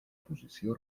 posició